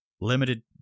Limited